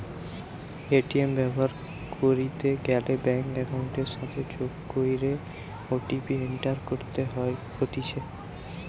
ATM ব্যবহার কইরিতে গ্যালে ব্যাঙ্ক একাউন্টের সাথে যোগ কইরে ও.টি.পি এন্টার করতে হতিছে